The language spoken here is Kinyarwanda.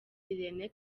irene